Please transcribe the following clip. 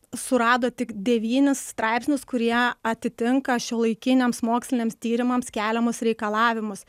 surado tik devynis straipsnius kurie atitinka šiuolaikiniams moksliniams tyrimams keliamus reikalavimus